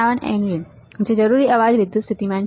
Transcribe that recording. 455 nV જે જરૂરી અવાજ વિદ્યુત્સ્થીતિમાન છે